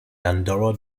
andorra